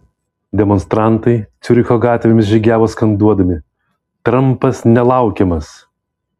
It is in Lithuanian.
demonstrantai ciuricho gatvėmis žygiavo skanduodami trampas nelaukiamas